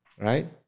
right